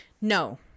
No